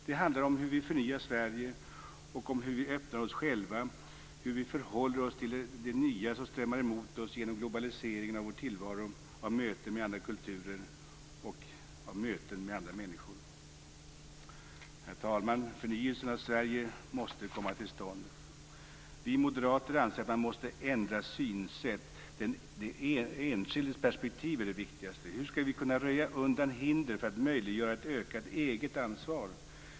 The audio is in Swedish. Det handlar om hur vi förnyar Sverige och om hur vi öppnar oss själva, hur vi förhåller oss till det nya som strömmar emot oss genom globaliseringen av vår tillvaro, av möten med andra kulturer och människor. Herr talman! Förnyelsen av Sverige måste komma till stånd. Vi moderater anser att man måste ändra synsätt. Den enskildes perspektiv är det viktigaste. Hur skall vi kunna röja undan hinder för att möjliggöra ett ökat eget ansvar?